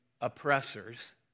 oppressors